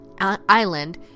island